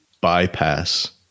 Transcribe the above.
bypass